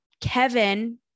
Kevin